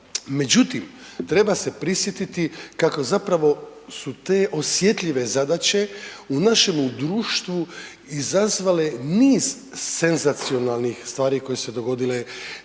Međutim, treba se prisjetiti kako zapravo su te osjetljive zadaće u našemu društvu izazvale niz senzacionalnih stvari koje su se dogodile